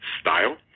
style